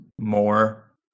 more